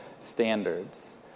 standards